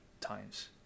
times